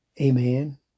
Amen